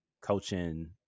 coaching